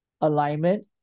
alignment